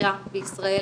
והפסיכיאטריה בישראל.